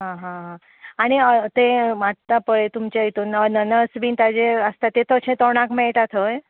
आं हां आनी तें वाडटा पळय तेतून तुमचें हितून अननस बी आसता तें तशेंच तोणाक मेळटा थंय